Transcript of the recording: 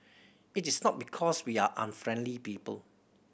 it is not because we are unfriendly people